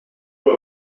vous